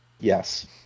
Yes